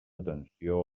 atenció